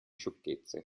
sciocchezze